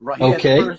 Okay